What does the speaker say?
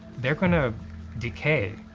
they're gonna decay.